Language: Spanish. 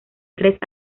tres